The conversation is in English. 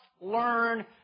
learn